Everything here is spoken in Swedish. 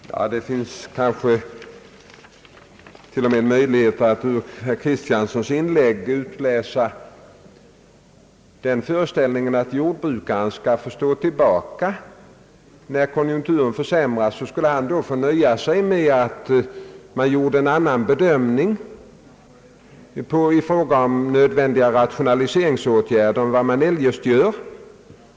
Herr talman! Det finns kanske till och med möjlighet att ur herr Kristianssons inlägg utläsa den föreställningen, att jordbrukarna borde få stå tillbaka för andra. När konjunkturen försämras skulle de få nöja sig med att man gjorde en annan bedömning i fråga om nödvändiga rationaliseringsåtgärder än vad man eljest gör.